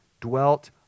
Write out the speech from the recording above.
dwelt